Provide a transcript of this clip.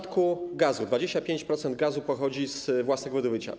25% gazu pochodzi z własnego wydobycia.